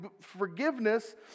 forgiveness